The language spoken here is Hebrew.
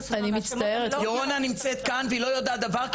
השמות --- ירונה נמצאת כאן והיא לא יודעת דבר,